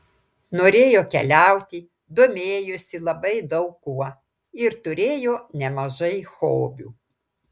norėjo keliauti domėjosi labai daug kuo ir turėjo nemažai hobių